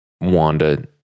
Wanda